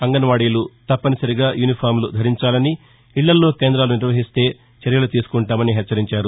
అంగన్వాడీలు తప్పనిసరిగా యూనిఫారాలు ధరించాలని ఇళ్లల్లో కేంద్రాలు నిర్వహించినట్టైతే చర్యలు తీసుకుంటామని హెచ్చరించారు